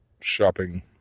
shopping